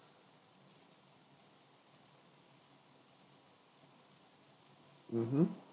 mmhmm